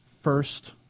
First